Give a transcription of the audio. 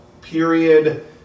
period